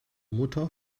mutter